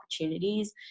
opportunities